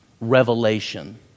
revelation